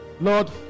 Lord